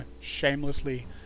shamelessly